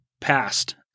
past